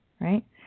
right